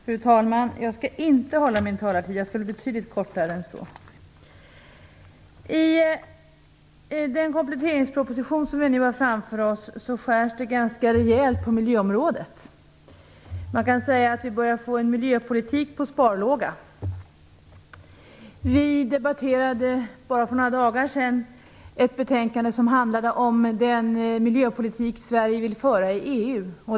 Fru talman! Jag skall inte hålla mig inom min talartid utan vara betydligt mer kortfattad. I den kompletteringsproposition som vi nu har framför oss skärs det ganska rejält på miljöområdet. Man kan säga att vi börjar få en miljöpolitik på sparlåga. Vi debatterade bara för några dagar sedan ett betänkande som handlade om den miljöpolitik som Sverige vill föra i EU.